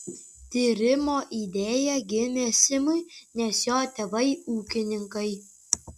tyrimo idėja gimė simui nes jo tėvai ūkininkai